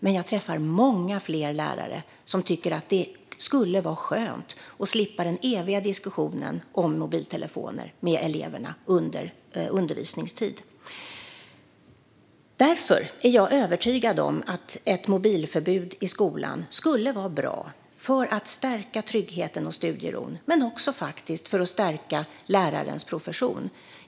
Men jag träffar många fler lärare som tycker att det skulle vara skönt att slippa den eviga diskussionen om mobiltelefoner med eleverna under undervisningstid. Därför är jag övertygad om att ett mobilförbud i skolan skulle vara bra för att stärka tryggheten och studieron men också faktiskt för att stärka lärarens profession.